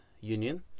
union